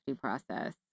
process